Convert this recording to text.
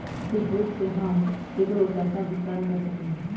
cheque book से हम केकरो पैसा भुगतान कर सकली ह